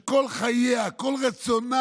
שכל חייה כל רצונה